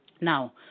Now